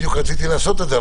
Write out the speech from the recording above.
בדיוק רציתי לעשות את זה,